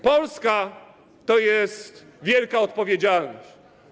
Polska to jest wielka odpowiedzialność.